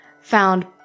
found